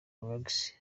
relax